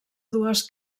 dues